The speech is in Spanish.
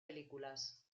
películas